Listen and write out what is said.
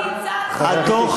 את תוך,